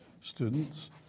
students